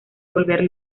volver